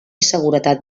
seguretat